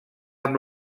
amb